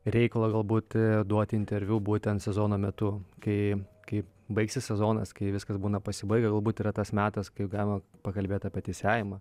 reikalo galbūt duoti interviu būtent sezono metu kai kai baigsis sezonas kai viskas būna pasibaigę galbūt yra tas metas kai galima pakalbėt apie teisėjavimą